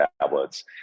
tablets